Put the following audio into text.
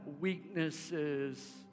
weaknesses